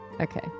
Okay